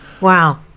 Wow